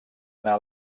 anar